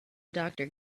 doctor